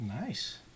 nice